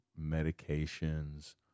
medications